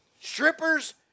Strippers